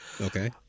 Okay